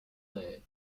late